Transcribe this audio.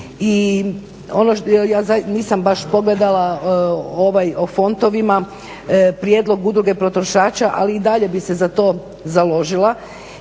I ono, ja nisam baš pogledala o fontovima prijedlog Udruge potrošača ali i dalje bi se za to založila.